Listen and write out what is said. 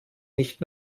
nicht